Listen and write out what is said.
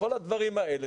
כל הדברים האלה,